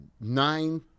Nine